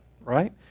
right